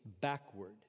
backward